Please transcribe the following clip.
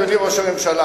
אדוני ראש הממשלה,